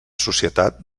societat